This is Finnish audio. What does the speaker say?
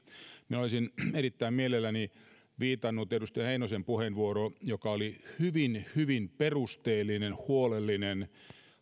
minä olisin erittäin mielelläni viitannut edustaja heinosen puheenvuoroon joka oli hyvin hyvin perusteellinen huolellinen